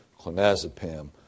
clonazepam